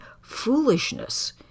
foolishness